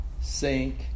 sink